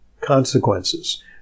consequences